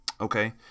Okay